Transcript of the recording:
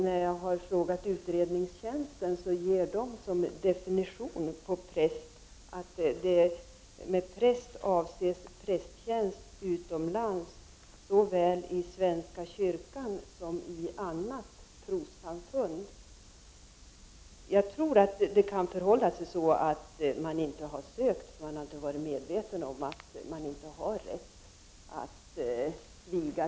När jag har frågat utredningstjänsten ger man som definition på ”präst” att med präst avses prästtjänst utomlands, såväl i svenska kyrkan som i annat trossamfund. Jag tror att det kan förhålla sig så att man inte har sökt, därför att man inte har varit medveten om att man inte har rätt att viga.